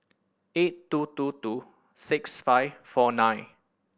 eight two two two six five four nine